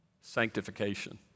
Sanctification